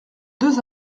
deux